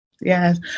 Yes